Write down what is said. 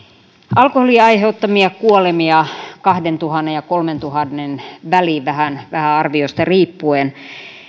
alkoholin aiheuttamia kuolemia kahdentuhannen ja kolmentuhannen väliin vähän vähän arviosta riippuen